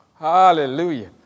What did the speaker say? Hallelujah